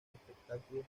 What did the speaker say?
espectáculos